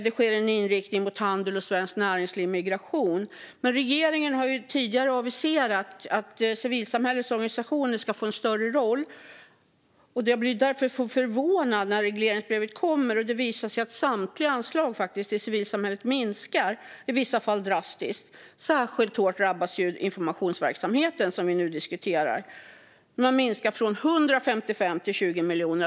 Man ska ha en inriktning mot handel och svenskt näringsliv samt migration. Men regeringen har tidigare aviserat att civilsamhällets organisationer ska få en större roll. Jag blir därför förvånad när regleringsbrevet kommer och det visar sig att samtliga anslag till civilsamhället minskar, i vissa fall drastiskt. Särskilt hårt drabbas informationsverksamheten, som vi nu diskuterar. Man minskar från 155 till 20 miljoner.